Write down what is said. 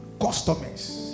customers